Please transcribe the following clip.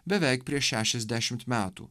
beveik prieš šešiasdešimt metų